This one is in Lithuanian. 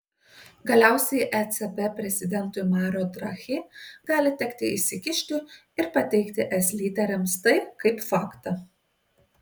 galiausiai ecb prezidentui mario draghi gali tekti įsikišti ir pateikti es lyderiams tai kaip faktą